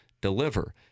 deliver